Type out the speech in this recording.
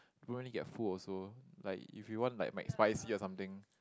you only get full also like if you want like McSpicy or something